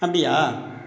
அப்படியா